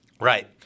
Right